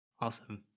Awesome